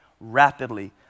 rapidly